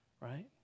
right